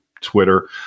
twitter